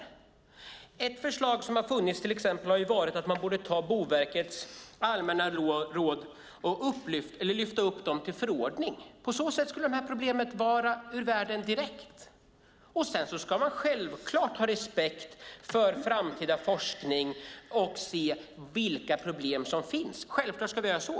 Ett exempel på ett förslag som har funnits är att man borde ta Boverkets allmänna råd och lyfta upp dem till förordning. På så sätt skulle problemet vara ur världen direkt. Sedan ska man självklart ha respekt för framtida forskning och se vilka problem som finns; självklart ska vi göra så.